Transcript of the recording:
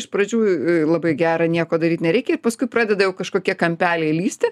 iš pradžių labai gera nieko daryt nereikia ir paskui pradeda jau kažkokie kampeliai lįsti